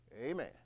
Amen